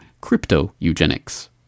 crypto-eugenics